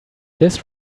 this